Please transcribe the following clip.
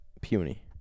puny